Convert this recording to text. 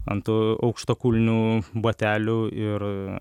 ant aukštakulnių batelių ir